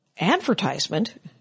advertisement